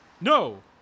No